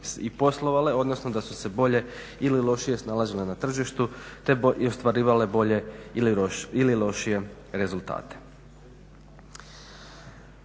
i poslovale odnosno da su bolje ili lošije snalazile na tržištu te ostvarivale bolje ili lošije rezultate.